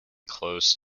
close